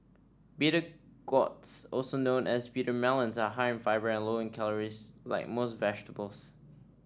bitter gourds also known as bitter melons are high in fibre and low in calories like most vegetables